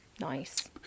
Nice